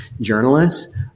journalists